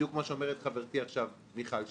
בדיוק כמו שאומרת עכשיו חברתי מיכל שיר.